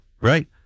Right